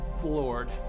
floored